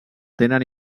tenen